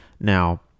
now